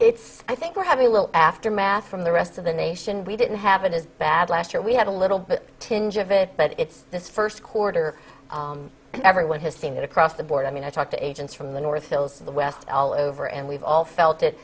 it's i think we're having a little aftermath from the rest of the nation we didn't have it as bad last year we had a little bit tinge of it but it's this first quarter and everyone has seen that across the board i mean i talk to agents from the north hills of the west all over and we've all felt